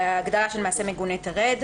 ההגדרה של מעשה מגונה תרד.